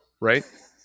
Right